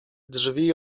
drzwi